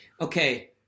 Okay